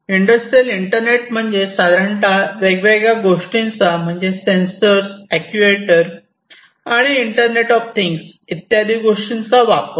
industrial internet म्हणजे साधारणतः वेगवेगळ्या गोष्टींचा म्हणजेच सेन्सर अक्टुएटर आणि इंटरनेट ऑफ थिंग्स इत्यादी गोष्टींचा वापर